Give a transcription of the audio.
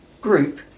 group